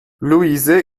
louise